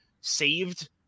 saved